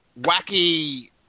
wacky